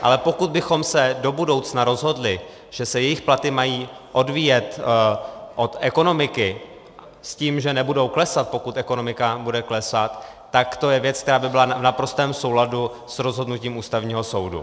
Ale pokud bychom se do budoucna rozhodli, že se jejich platy mají odvíjet od ekonomiky s tím, že nebudou klesat, pokud ekonomika bude klesat, tak to je věc, která by byla v naprostém souladu s rozhodnutím Ústavního soudu.